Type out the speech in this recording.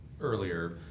earlier